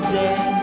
day